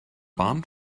bahn